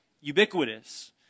ubiquitous